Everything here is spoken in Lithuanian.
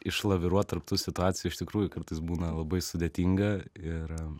išlaviruot tarp tų situacijų iš tikrųjų kartais būna labai sudėtinga ir